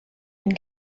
une